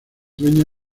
dueña